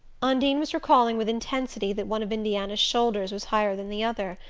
undine was recalling with intensity that one of indiana's shoulders was higher than the other,